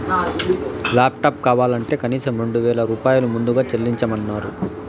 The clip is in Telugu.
లాప్టాప్ కావాలంటే కనీసం రెండు వేల రూపాయలు ముందుగా చెల్లించమన్నరు